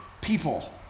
people